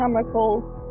chemicals